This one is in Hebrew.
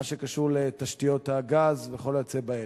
מה שקשור לתשתיות הגז וכל כיוצא באלה.